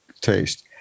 taste